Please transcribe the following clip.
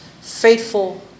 faithful